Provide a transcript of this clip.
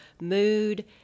mood